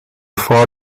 vor